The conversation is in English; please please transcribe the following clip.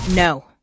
No